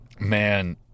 Man